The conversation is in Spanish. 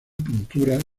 pinturas